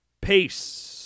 Peace